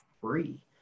free